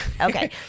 Okay